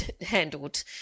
handled